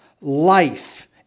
life